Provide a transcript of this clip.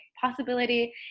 possibility